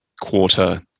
quarter